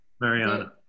Mariana